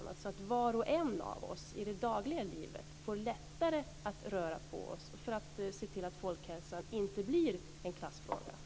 På så sätt får var och en av oss i det dagliga livet lättare att röra på sig och vi kan se till att folkhälsan inte blir en klassfråga.